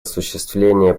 осуществление